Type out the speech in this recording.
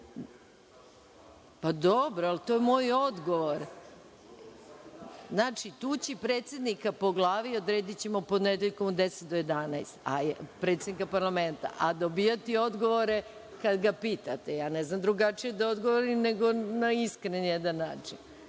stvari.)Dobro, ali to je moj odgovor. Znači, tući predsednika po glavi odredićemo ponedeljkom od 10,00 do 11,00, predsednika parlamenta, a dobijati odgovore kada ga pitate. Ja ne znam drugačije da odgovorim, nego na jedan iskren način.